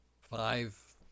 Five